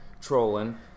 trolling